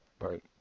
Right